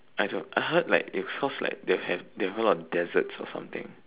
I don't I heard like if cause like they have they have a lot deserts or something